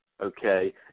okay